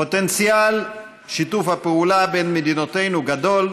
פוטנציאל שיתוף הפעולה בין מדינותינו גדול,